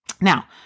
Now